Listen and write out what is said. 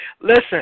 Listen